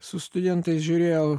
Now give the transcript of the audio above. su studentais žiūrėjau